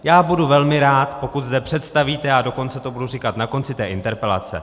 Já budu velmi rád, pokud zde představíte, a dokonce to budu říkat na konci té interpelace...